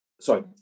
sorry